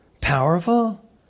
powerful